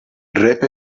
rep